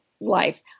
life